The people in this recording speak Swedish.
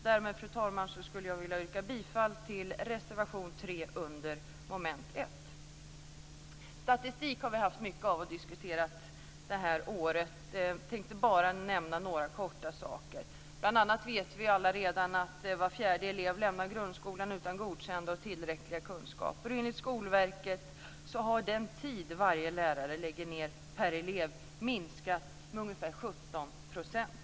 Därmed, fru talman, yrkar jag bifall till reservation 3 under mom. 1. Statistik har vi haft mycket av och diskuterat det här året. Jag tänkte helt kort bara nämna några saker. Bl.a. vet vi ju alla redan att var fjärde elev lämnar grundskolan utan godkända och tillräckliga kunskaper. Enligt Skolverket har den tid som varje lärare lägger ned per elev minskat med ungefär 17 %.